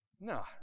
No